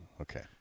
Okay